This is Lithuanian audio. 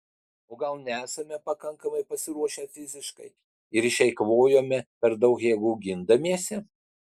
o gal nesame pakankamai pasiruošę fiziškai ir išeikvojome per daug jėgų gindamiesi